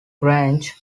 grange